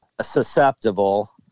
susceptible